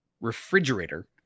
refrigerator